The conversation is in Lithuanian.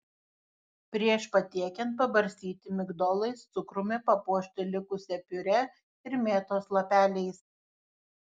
prieš patiekiant pabarstyti migdolais cukrumi papuošti likusia piurė ir mėtos lapeliais